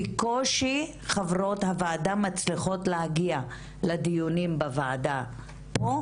בקושי חברות הוועדה מצליחות להגיע לדיונים בוועדה פה,